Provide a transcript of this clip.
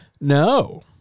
No